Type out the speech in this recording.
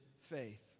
faith